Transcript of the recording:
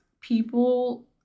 people